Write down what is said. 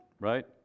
right